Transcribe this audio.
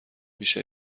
میشه